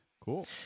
Cool